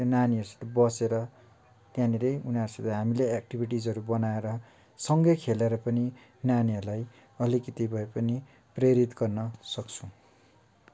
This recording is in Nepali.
नानीहरूसित बसेर त्यहाँनिर उनीहरूसित हामीले एक्टिभिटिजहरू बनाएर सँगै खेलेर पनि नानीहरूलाई अलिकति भए पनि प्रेरित गर्न सक्छौँ